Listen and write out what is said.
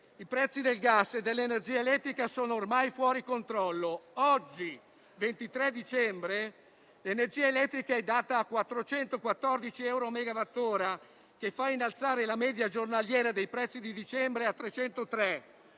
I prezzi del gas e dell'energia elettrica sono ormai fuori controllo. Oggi, 23 dicembre, l'energia elettrica è data a 414 euro a megawattora che fa innalzare la media giornaliera dei prezzi di dicembre a 303.